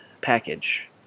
package